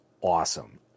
awesome